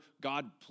God